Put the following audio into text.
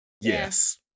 yes